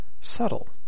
subtle